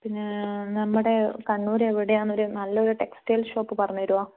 പിന്നേ നമ്മുടെ കണ്ണൂര് എവിടെയാണ് ഒരു നല്ലൊരു ടെക്സ്റ്റയില് ഷോപ്പ് പറഞ്ഞു തരുമോ